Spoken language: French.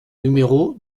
numéro